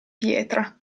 pietra